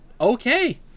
Okay